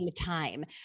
time